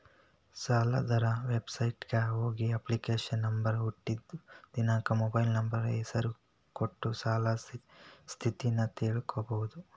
ಸಾಲದಾತರ ವೆಬಸೈಟ್ಗ ಹೋಗಿ ಅಪ್ಲಿಕೇಶನ್ ನಂಬರ್ ಹುಟ್ಟಿದ್ ದಿನಾಂಕ ಮೊಬೈಲ್ ನಂಬರ್ ಹೆಸರ ಕೊಟ್ಟ ಸಾಲದ್ ಸ್ಥಿತಿನ ತಿಳ್ಕೋಬೋದು